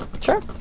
Sure